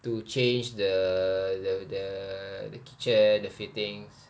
to change the the the the kitchen the fittings